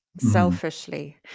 selfishly